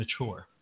mature